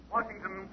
Washington